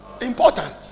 important